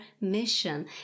mission